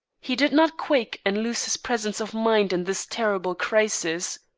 he did not quake and lose his presence of mind in this terrible crisis.